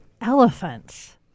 elephants